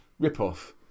ripoff